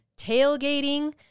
tailgating